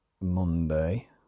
Monday